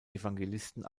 evangelisten